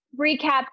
recap